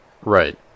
right